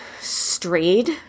strayed